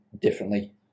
differently